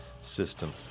system